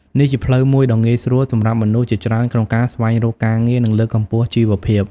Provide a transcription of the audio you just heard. នេះជាផ្លូវមួយដ៏ងាយស្រួលសម្រាប់មនុស្សជាច្រើនក្នុងការស្វែងរកការងារ និងលើកកម្ពស់ជីវភាព។